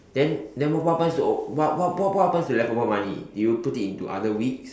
then then what what happens to what what what happens to leftover money do you put it into other week